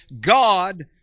God